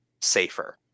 safer